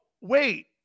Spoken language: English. wait